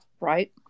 right